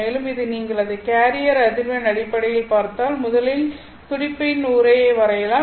மேலும் இதை நீங்கள் அதை கேரியர் அதிர்வெண் அடிப்படையில் பார்த்தால் முதலில் துடிப்பின் உறையை வரையலாம்